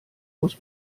muss